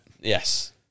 Yes